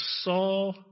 saw